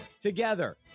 Together